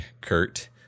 Kurt